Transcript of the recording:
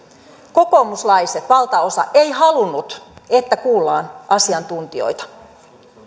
kokoomuslaisista valtaosa ei halunnut että kuullaan asiantuntijoita